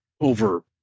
over